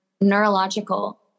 neurological